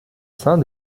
sein